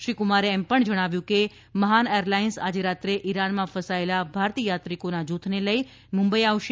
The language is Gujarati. શ્રી કુમારે એમ પણ જણાવ્યું કે મહાન એરલાઇન્સ આજે રાત્રે ઇરાનમાં ફસાયેલા ભારતીય યાત્રિકોના જૂથને લઇ મુંબઇ આવશે